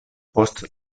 post